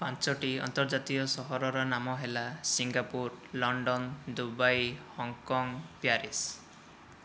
ପାଞ୍ଚଟି ଅନ୍ତର୍ଜାତୀୟ ସହରର ନାମ ହେଲା Singapore London Dubai Hong Kong Paris